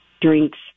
Drinks